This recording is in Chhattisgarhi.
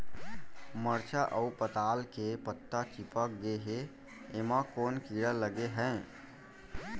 मरचा अऊ पताल के पत्ता चिपक गे हे, एमा कोन कीड़ा लगे है?